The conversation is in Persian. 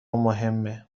مهمه